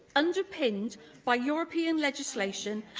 underpinned by european legislation,